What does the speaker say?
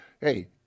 Hey